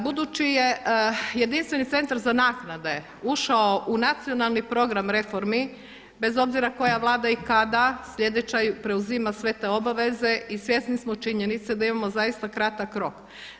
Budući je jedinstveni centar za naknade ušao u nacionalni program reformi bez obzira koja vlada i kada sljedeća preuzima sve te obaveze i svjesni smo činjenice da imamo zaista kratak rok.